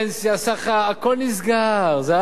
הכול נסגר, זהבה, זה כבר היסטוריה.